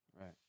Right